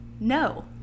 no